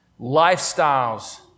lifestyles